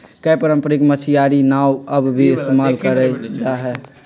कई पारम्परिक मछियारी नाव अब भी इस्तेमाल कइल जाहई